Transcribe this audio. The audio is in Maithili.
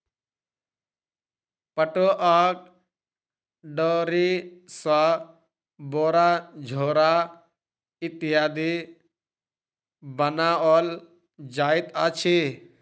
पटुआक डोरी सॅ बोरा झोरा इत्यादि बनाओल जाइत अछि